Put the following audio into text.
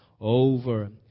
over